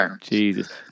Jesus